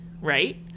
right